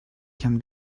can